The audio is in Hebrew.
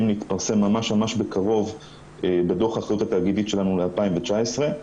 להתפרסם ממש בקרוב בדוח אחריות התאגידית שלנו ל-2019.